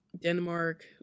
Denmark